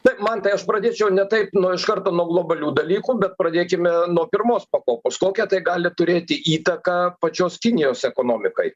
taip mantai aš pradėčiau ne taip nuo iš karto nuo globalių dalykų bet pradėkime nuo pirmos pakopos kokią tai gali turėti įtaką pačios kinijos ekonomikai